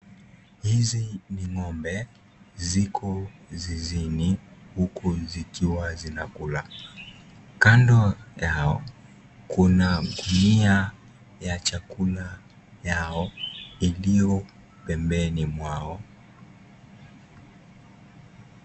Hizi ni ng'ombe ziko zizini huku zikiwa zinakula kando yao kuna mmea ya chakula yao iliyo pembeni mwao.